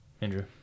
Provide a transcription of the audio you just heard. Andrew